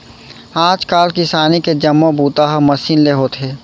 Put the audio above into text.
आज काल किसानी के जम्मो बूता ह मसीन ले होथे